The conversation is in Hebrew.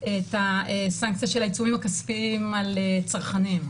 את הסנקציה של העיצומים הכספיים על צרכנים.